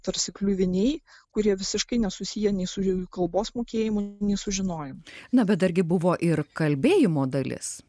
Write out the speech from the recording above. tarsi kliuviniai kurie visiškai nesusiję nei su jų kalbos mokėjimu nei su žinojimu na bet dargi buvo ir kalbėjimo dalis